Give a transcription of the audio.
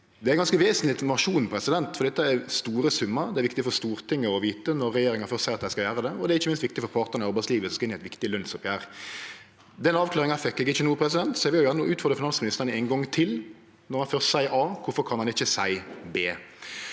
Det er ganske vesentleg informasjon, for dette er store summar. Det er viktig for Stortinget å vite det, når regjeringa først seier at dei skal gjere det, og det er ikkje minst viktig for partane i arbeidslivet som skal inn i eit viktig lønsoppgjer. Den avklaringa fekk eg ikkje no, så eg vil gjerne utfordre finansministeren ein gong til. Når han først seier a, kvifor kan han ikkje seie b?